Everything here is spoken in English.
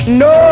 no